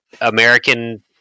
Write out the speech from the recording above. american